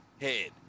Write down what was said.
head